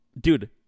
Dude